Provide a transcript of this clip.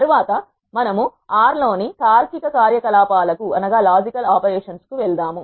తరువాత మనము R లోని తార్కిక కార్యకలాపాలకు వెళదాము